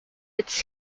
its